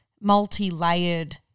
multi-layered